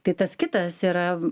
tai tas kitas yra